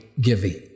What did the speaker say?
giving